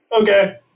Okay